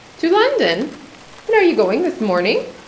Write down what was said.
to london and are you going this morning?